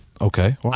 Okay